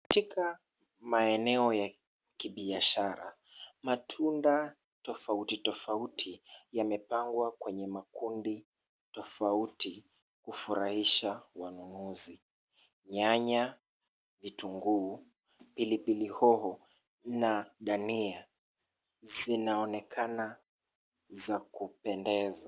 Katika maeneo ya kibiashara, matunda tofauti tofauti, yamepangwa kwenye makundi tofauti kufurahisha wanunuzi. Nyanya, vitunguu, pilipili hoho na dania, zinaonekana za kupendeza.